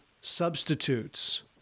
substitutes